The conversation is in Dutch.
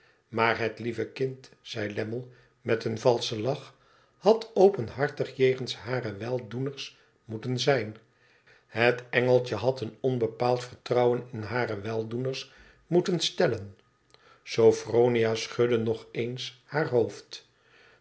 maar het lieve kind zei lammie met een valschen lach had openhartig jegens hare weldoeners moeten zijn het engeltje had een onbepaald vertrouwen in hare weldoeners moeten stellen sophronia schudde nog eens haar hoofd